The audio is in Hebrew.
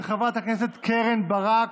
של חברת הכנסת קרן ברק.